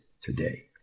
today